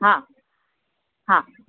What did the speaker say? हा हा